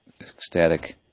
ecstatic